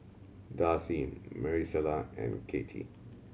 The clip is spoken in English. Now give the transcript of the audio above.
Darci Maricela and Katie